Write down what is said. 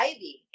Ivy